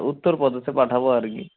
উত্তরপ্রদেশে পাঠাবো আর কি